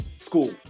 school